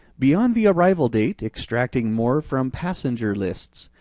beyond the arrival date extracting more from passenger lists.